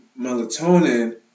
melatonin